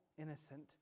innocent